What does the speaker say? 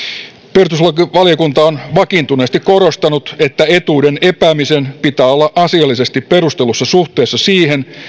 perustuslakivaliokunta on vakiintuneesti korostanut että etuuden epäämisen pitää olla asiallisesti perustellussa suhteessa siihen